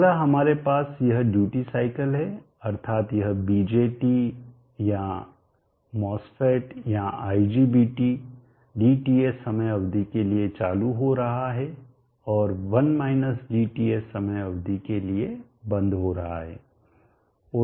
अगला हमारे पास यह ड्यूटी साइकिल है अर्थात यह BJT या MOSFET या IGBT dTs समय अवधि के लिए चालू हो रहा है और 1 dTs समय अवधि के लिए बंद हो रहा है